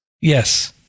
yes